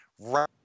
right